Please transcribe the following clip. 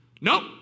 Nope